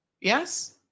Yes